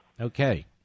Okay